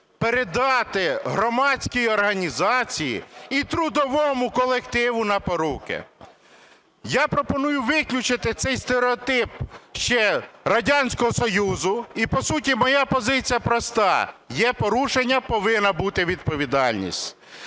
передати громадській організації і трудовому колективу на поруки. Я пропоную виключити цей стереотип ще Радянського Союзу. І, по суті, моя позиція проста: є порушення – повинна бути відповідальність.